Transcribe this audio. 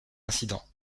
incident